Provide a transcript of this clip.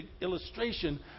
illustration